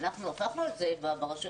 אנחנו הפכנו את זה ברשויות,